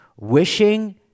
Wishing